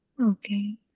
Okay